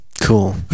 cool